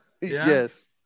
Yes